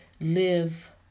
live